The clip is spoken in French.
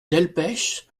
delpech